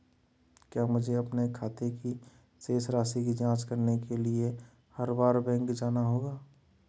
क्या मुझे अपने खाते की शेष राशि की जांच करने के लिए हर बार बैंक जाना होगा?